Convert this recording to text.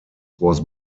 was